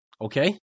Okay